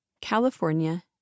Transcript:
California